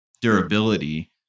durability